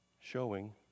Showing